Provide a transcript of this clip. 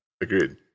Agreed